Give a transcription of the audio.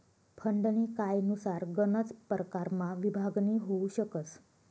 फंडनी कायनुसार गनच परकारमा विभागणी होउ शकस